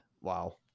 Wow